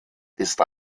ist